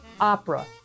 opera